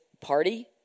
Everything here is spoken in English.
party